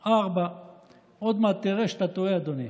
4. עוד מעט תראה שאתה טועה, אדוני.